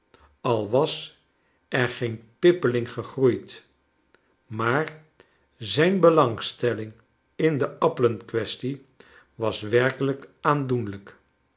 al was er geen pippeling gegroeid maar zijn belangstelling in de appelenkwestie was werkelijk aandoenlijk